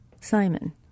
Simon